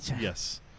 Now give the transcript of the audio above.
Yes